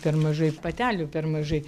per mažai patelių per mažai